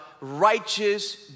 righteous